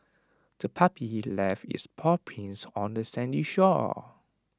the puppy left its paw prints on the sandy shore